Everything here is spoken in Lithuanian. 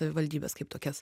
savivaldybes kaip tokias